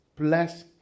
Bless